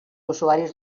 usuaris